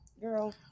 girl